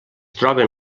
troben